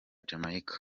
jamaica